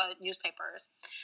newspapers